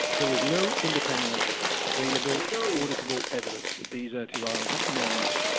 there is no independent available auditable evidence that these antivirals at the moment,